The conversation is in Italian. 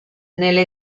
nelle